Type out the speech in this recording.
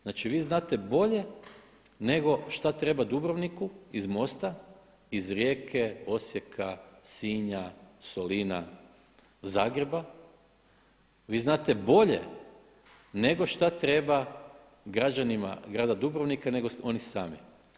Znači vi znate bolje što treba Dubrovniku iz MOST-a iz Rijeke, Osijeka, Sinja, Solina, Zagreba, vi znate bolje što treba građanima grada Dubrovnika nego oni sami.